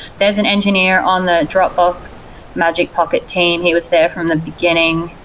there's an engineer on the dropbox magic pocket team. he was there from the beginning.